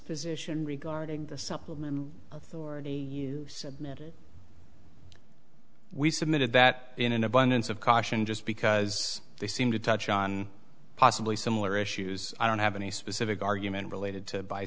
position regarding the supplemental authority submitted we submitted that in an abundance of caution just because they seem to touch on possibly similar issues i don't have any specific argument related to by